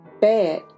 bad